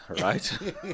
right